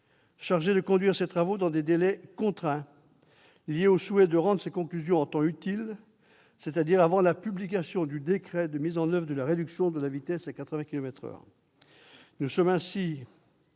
chargé de conduire ses travaux dans des délais contraints, liés au souhait de rendre des conclusions en temps utile, c'est-à-dire avant la publication du décret de mise en oeuvre de la réduction de vitesse à 80 kilomètres par heure. Nous nous sommes ainsi